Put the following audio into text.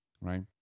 right